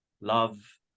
love